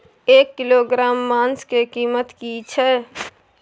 एक किलोग्राम मांस के कीमत की छै?